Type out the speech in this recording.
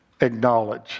acknowledge